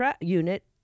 unit